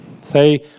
say